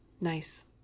Nice